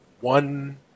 one